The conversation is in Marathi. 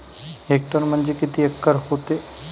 हेक्टर म्हणजे किती एकर व्हते?